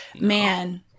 Man